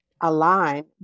align